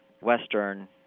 Western